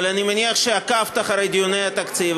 אבל אני מניח שעקבת אחרי דיוני התקציב.